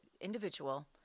individual